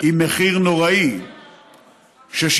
עם מחיר נוראי ששילמנו: